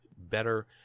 better